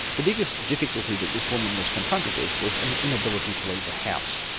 the biggest difficulty that this woman was confronted with was an inability to leave the house.